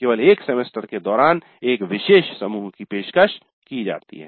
केवल एक सेमेस्टर के दौरान एक विशेष समूह की पेशकश की जाती है